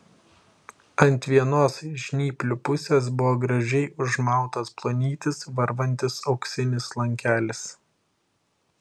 ant vienos žnyplių pusės buvo gražiai užmautas plonytis varvantis auksinis lankelis